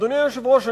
אדוני היושב-ראש,